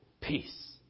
peace